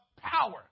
power